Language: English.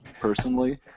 personally